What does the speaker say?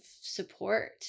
support